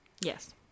Yes